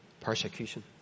persecution